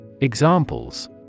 Examples